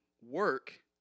work